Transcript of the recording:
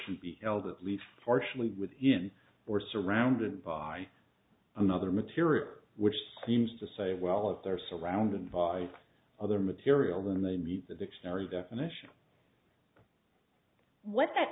g be held at least partially within or surrounded by another material which seems to say well if they're surrounded by other material then they meet the dictionary definition what that